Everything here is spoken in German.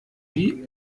wie